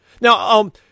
Now